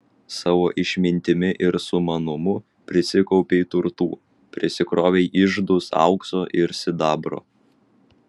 savo išmintimi ir sumanumu prisikaupei turtų prisikrovei iždus aukso ir sidabro